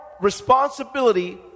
responsibility